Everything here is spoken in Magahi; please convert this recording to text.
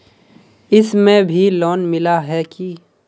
इसमें भी लोन मिला है की